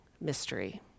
mystery